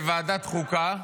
בוועדת החוקה.